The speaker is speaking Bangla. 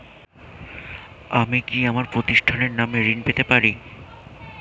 আমি কি আমার প্রতিষ্ঠানের নামে ঋণ পেতে পারি?